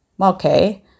okay